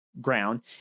ground